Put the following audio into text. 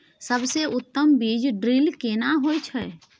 सबसे उत्तम बीज ड्रिल केना होए छै?